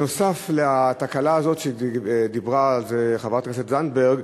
נוסף על התקלה הזאת שדיברה עליה חברת הכנסת זנדברג,